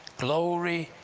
glory!